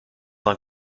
d’un